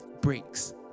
breaks